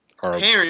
parents